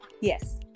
yes